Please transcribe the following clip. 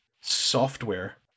software